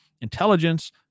intelligence